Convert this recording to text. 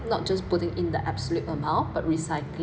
not just putting in the absolute amount but recycling